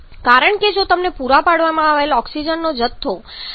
કારણ કે જો તમને પૂરા પાડવામાં આવેલ ઓક્સિજનનો જથ્થો 12